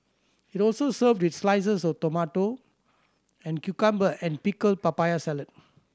it also served with slices of tomato and cucumber and pickled papaya salad